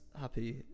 happy